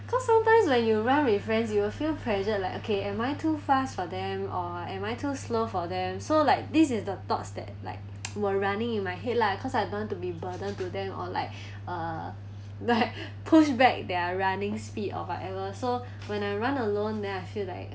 cause when you run with friends you will feel pressured like okay am I too fast for them or am I too slow for them so like this is the thoughts that like will running in my head lah 'cause I don't want to be burden to them or like uh like push back their running speed or whatever so when I run alone then I feel like